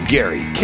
Gary